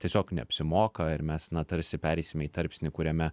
tiesiog neapsimoka ir mes na tarsi pereisime į tarpsnį kuriame